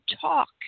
talk